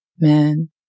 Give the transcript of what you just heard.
Man